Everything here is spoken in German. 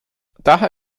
daher